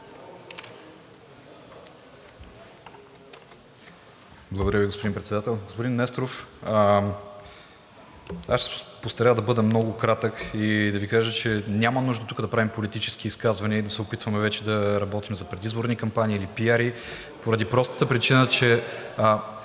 Благодаря Ви, господин Председател. Господин Несторов, ще се постарая да бъда много кратък и да Ви кажа, че няма нужда тук да правим политически изказвания и да се опитваме вече да работим за предизборни кампании или пиари, поради простата причина че